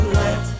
let